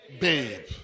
babe